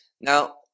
Now